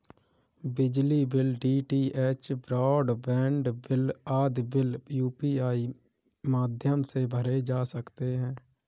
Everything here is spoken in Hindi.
बिजली bill, DTH broadband bill आदि बिल यू.पी.आई माध्यम से भरे जा सकते हैं